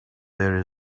there